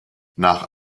nach